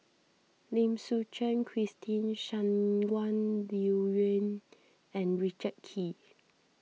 Lim Suchen Christine Shangguan Liuyun and Richard Kee